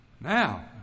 Now